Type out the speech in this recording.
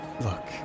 Look